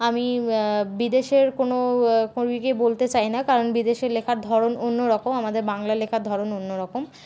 আমি বিদেশের কোনো কবিকে বলতে চাই না কারণ বিদেশের লেখার ধরণ অন্যরকম আমাদের বাংলা লেখার ধরণ অন্যরকম